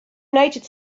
united